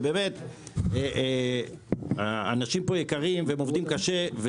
באמת, אנשים פה יקרים ועובדים קשה.